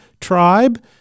tribe